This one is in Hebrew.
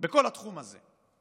בכל התחום הזה.